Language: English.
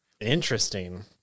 Interesting